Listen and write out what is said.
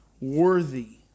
worthy